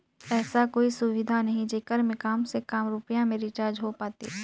ऐसा कोई सुविधा नहीं जेकर मे काम से काम रुपिया मे रिचार्ज हो पातीस?